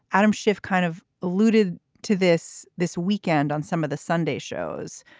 adam schiff kind of alluded to this this weekend on some of the sunday shows.